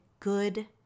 good